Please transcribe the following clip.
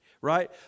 right